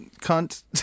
Cunt